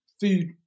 food